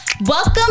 Welcome